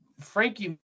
Frankie